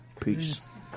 Peace